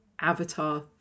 Avatar